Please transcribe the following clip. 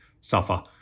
suffer